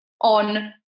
on